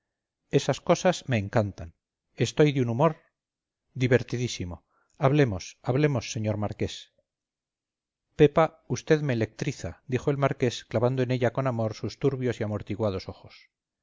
esas cosas me encantan estoy de un humor divertidísimo hablemos hablemos señor marqués pepa vd me electriza dijo el marqués clavando en ella con amor sus turbios y amortiguados ojos